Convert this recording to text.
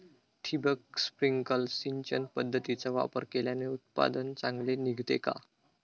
ठिबक, स्प्रिंकल सिंचन पद्धतीचा वापर केल्याने उत्पादन चांगले निघते का?